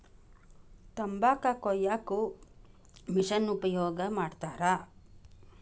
ತಂಬಾಕ ಕೊಯ್ಯಾಕು ಮಿಶೆನ್ ಉಪಯೋಗ ಮಾಡತಾರ